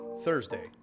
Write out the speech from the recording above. Thursday